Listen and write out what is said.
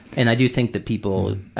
and i do think that people